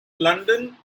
london